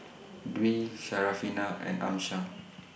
Dwi Syarafina and Amsyar